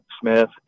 Smith